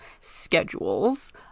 schedules